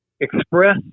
express